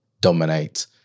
dominate